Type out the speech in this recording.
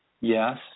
Yes